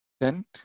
tent